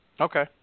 Okay